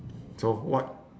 so what